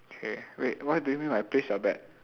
K wait what do you mean by place your bet